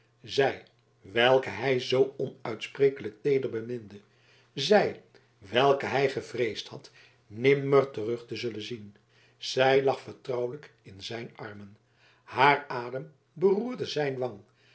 zij welke hij zoo onuitsprekelijk teeder beminde zij welke hij gevreesd had nimmer terug te zullen zien zij lag vertrouwelijk in zijn arm haar adem beroerde zijn wang